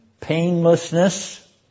painlessness